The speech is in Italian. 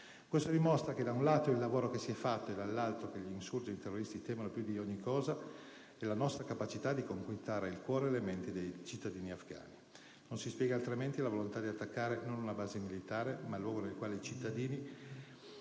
Questo dimostra da un lato il lavoro che è stato fatto e, dall'altro, che gli *insurgent*, i terroristi, temono più di ogni cosa la nostra capacità di conquistare il cuore e le menti dei cittadini afgani. Non si spiega altrimenti la volontà di attaccare non una base militare, ma un luogo nel quale i cittadini